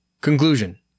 Conclusion